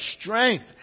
strength